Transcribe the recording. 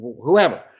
whoever